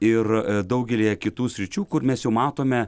ir daugelyje kitų sričių kur mes jau matome